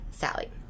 Sally